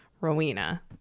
Rowena